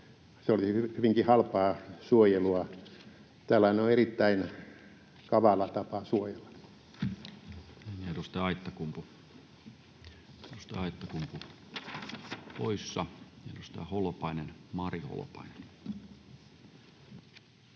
Se olisi hyvinkin halpaa suojelua. Tällainen on erittäin kavala tapa suojella.